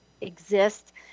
exist